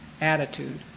attitude